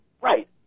right